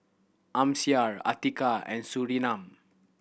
Amsyar Atiqah and Surinam